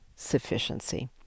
sufficiency